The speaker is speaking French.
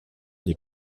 des